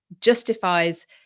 justifies